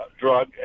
drug